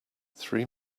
three